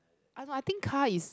ah no I think car is